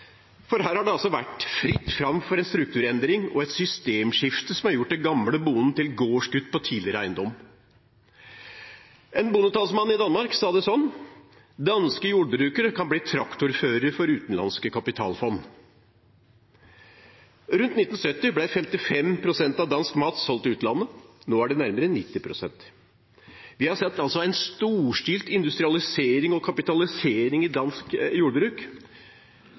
for her har det vært fritt fram for en strukturendring og et systemskifte som har gjort den gamle bonden til gårdsgutt på tidligere eiendom. En bondetalsmann i Danmark sa det sånn: Danske jordbrukere kan bli traktorførere for utenlandske kapitalfond. Rundt 1970 ble 55 pst. av dansk mat solgt til utlandet. Nå er det nærmere 90 pst. Vi har sett en storstilt industrialisering og kapitalisering i dansk jordbruk.